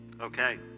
Okay